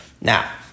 Now